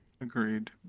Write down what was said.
Agreed